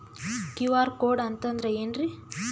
QR code ಅಂತಂದ್ರ ಏನ್ರೀ?